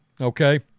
okay